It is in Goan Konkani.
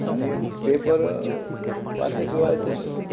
आनी पेपर वाचल्या शिवाय अशें